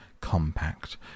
compact